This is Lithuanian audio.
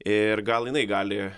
ir gal jinai gali